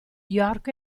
york